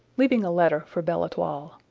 leaving a letter for belle-etoile.